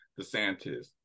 DeSantis